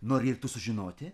nori ir tu sužinoti